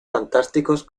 fantásticos